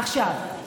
עכשיו,